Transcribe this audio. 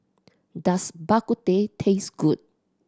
does Bak Kut Teh taste good